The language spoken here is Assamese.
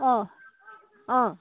অঁ অঁ